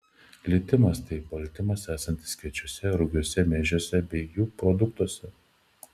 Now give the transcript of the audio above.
glitimas tai baltymas esantis kviečiuose rugiuose miežiuose bei jų produktuose